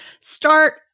start –